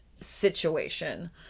situation